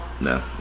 No